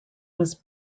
was